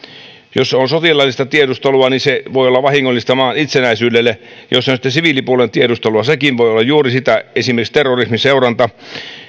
jos se on sotilaallista tiedustelua se voi olla vahingollista maan itsenäisyydelle ja jos se on sitten siviilipuolen tiedustelua sekin voi olla juuri sitä esimerkiksi terrorismin seuranta